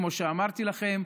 כמו שאמרתי לכם,